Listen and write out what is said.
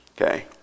okay